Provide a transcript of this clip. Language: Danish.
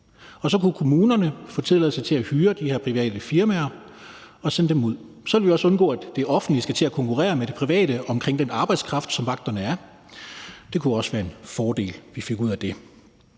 Og så kunne kommunerne få tilladelse til at hyre vagter fra de her private firmaer og sende dem ud. Så ville vi også undgå, at det offentlige skulle til at konkurrere med det private om den arbejdskraft, som vagterne er. Det kunne også være en fordel, vi fik ud af det.